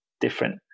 different